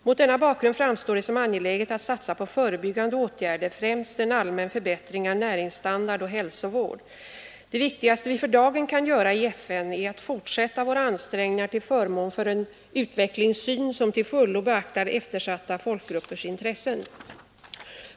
Mot denna bakgrund framstår det som angeläget att satsa på förebyggande åtgärder, främst en allmän förbättring av näringsstandard och hälsovård. Det viktigaste vi för dagen kan göra i FN är att fortsätta våra ansträngningar till förmån för en utvecklingssyn som till fullo beaktar eftersatta folkgruppers intressen.